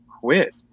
quit